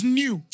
new